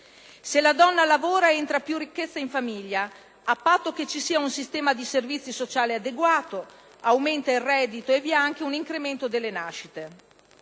Se la donna lavora, entra più ricchezza in famiglia, a patto che ci sia un sistema di servizi sociali adeguato, aumenta il reddito e vi è anche un incremento delle nascite: